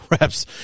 reps